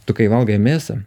tu kai valgai mėsą